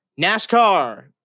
NASCAR